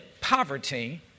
poverty